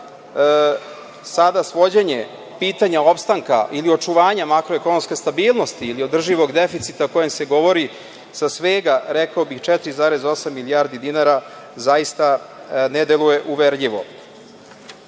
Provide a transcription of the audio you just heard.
sada svođenje pitanja opstanka ili očuvanja makroekonomske stabilnosti, ili održivog deficita o kojem se govori sa svega rekao bih 4,8 milijardi dinara, zaista ne deluje uverljivo. Što